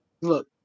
look